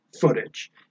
footage